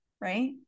right